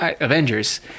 avengers